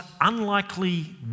unlikely